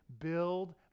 build